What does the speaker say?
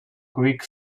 quick